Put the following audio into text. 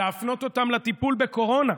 להפנות אותם לטיפול בקורונה,